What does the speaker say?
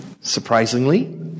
surprisingly